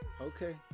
Okay